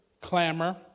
clamor